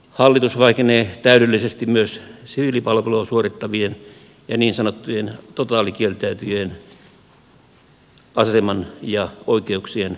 hallitus vaikenee täydellisesti myös siviilipalvelua suorittavien ja niin sanottujen totaalikieltäytyjien aseman ja oikeuksien kohennustarpeista